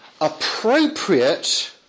appropriate